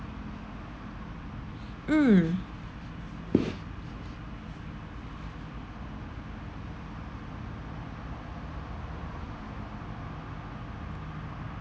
mm